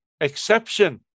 exception